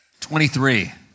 23